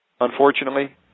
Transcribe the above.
unfortunately